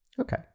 Okay